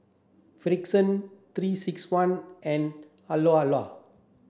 Frixion three six one and